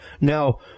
Now